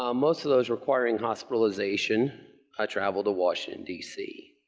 um most of those requiring hospitalization had traveled to washington, d c.